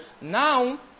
Now